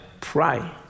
pray